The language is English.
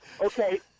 Okay